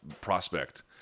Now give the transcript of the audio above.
prospect